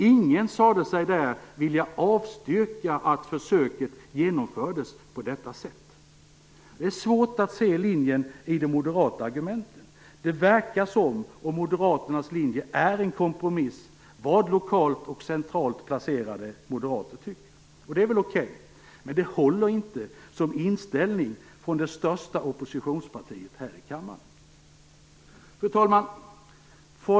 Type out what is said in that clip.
Ingen sade sig där vilja avstyrka att försöket genomfördes på detta sätt. Det är svårt att se linjen i de moderata argumenten. Det verkar som om Moderaternas linje är en kompromiss mellan vad lokalt och centralt placerade tycker. Det är väl okej, men det håller inte som inställning hos det största oppositionspartiet här i kammaren. Fru talman!